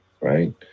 right